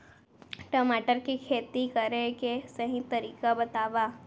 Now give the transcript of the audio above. टमाटर की खेती करे के सही तरीका बतावा?